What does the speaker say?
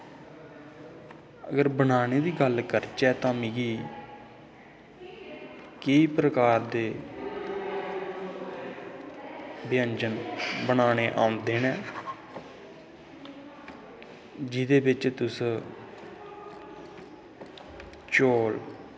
अगर बनाने दी गल्ल करचै तां मिगी केई प्रकार दे व्यंजन बनाने औंदे न जेह्दे बिच्च तुस चौल